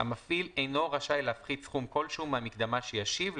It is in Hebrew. המפעיל אינו רשאי להפחית סכום כלשהו מהמקדמה שישיב,